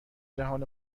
جهان